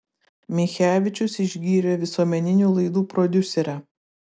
michevičius išgyrė visuomeninių laidų prodiuserę